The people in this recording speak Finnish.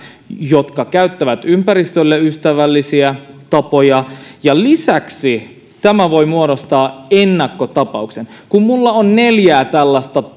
jotka käyttävät ympäristölle ystävällisiä tapoja ja lisäksi tämä voi muodostaa ennakkotapauksen kun minulla on neljä tällaista